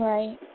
Right